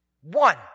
One